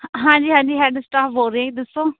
ਹਾਂਜੀ ਹਾਂਜੀ head staff ਬੋਲ ਰਹੀ ਜੀ ਦੱਸੋ